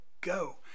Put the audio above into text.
go